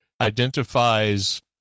identifies